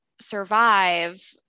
survive